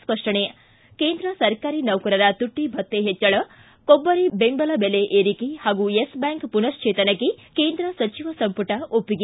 ಿ ಕೇಂದ್ರ ಸರ್ಕಾರಿ ನೌಕರರ ತುಟ್ಟಭ್ಯತೆ ಹೆಚ್ಚಳ ಕೊಬ್ಬರಿ ಬೆಂಬಲ ಬೆಲೆ ಏರಿಕೆ ಹಾಗೂ ಯೆಸ್ಬ್ಯಾಂಕ್ ಪುನಶ್ಚೇತನಕ್ಕೆ ಕೇಂದ್ರ ಸಚಿವ ಸಂಪುಟ ಒಪ್ಪಿಗೆ